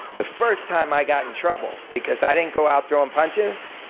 the first time i got in trouble because i didn't go out throwing punches,